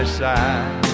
side